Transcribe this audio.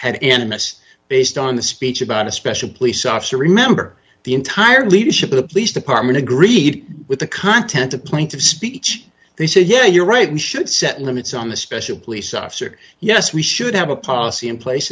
head in a mess based on the speech about a special police officer remember the entire leadership of the police department agreed with the content of plaintive speech they said yeah you're right we should set limits on the special police officer yes we should have a policy in place